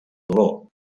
dolor